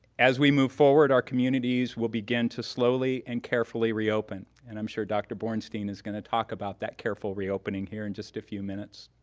as we move forward, our communities will begin to slowly and carefully reopen. and i'm sure dr. borenstein is gonna talk about that careful reopening here in just a few minutes.